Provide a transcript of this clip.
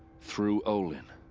through olin.